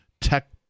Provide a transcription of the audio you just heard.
tech